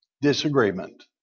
disagreement